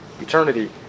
eternity